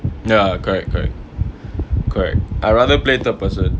ya correct correct correct I rather play third person